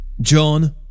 John